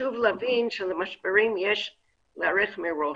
חשוב להבין שלמשברים יש להיערך מראש.